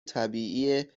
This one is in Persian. طبیعی